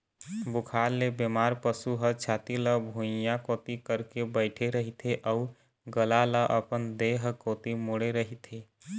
बुखार ले बेमार पशु ह छाती ल भुइंया कोती करके बइठे रहिथे अउ गला ल अपन देह कोती मोड़े रहिथे